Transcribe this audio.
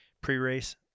pre-race